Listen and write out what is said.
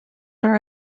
are